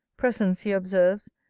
presence, he observes,